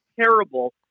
terrible